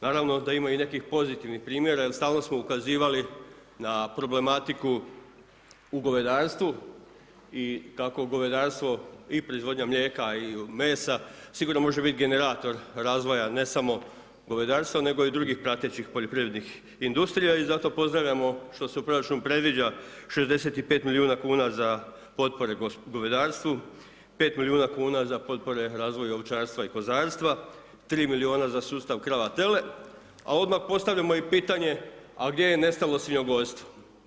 Naravno da ima i nekih pozitivnih primjera jer stalno smo ukazivali na problematiku u govedarstvu i kako govedarstvo i proizvodnja mlijeka i mesa sigurno može biti generator razvoja, ne samo govedarstva, nego i drugih pratećih poljoprivrednih industrija i zato pozdravljamo što se u proračun predviđa 65 milijuna kuna za potpore govedarstvu 5 milijuna kuna za potpore razvoju ovčarstva i kozarstva, 3 miliona za sustav krava-tele a odmah postavljamo i pitanje a gdje je nestalo svinjogojstvo?